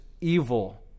evil